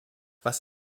was